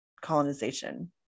colonization